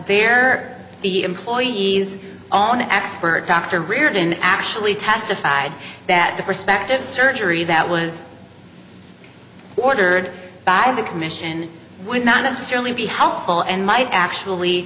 they're the employees on the expert dr reardon actually testified that the prospective surgery that was ordered by the commission would not necessarily be helpful and might actually